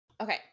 Okay